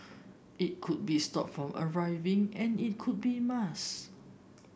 it could be stopped from arriving and it could be mask